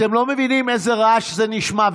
אתם לא מבינים איזה רעש זה נשמע,